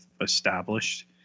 established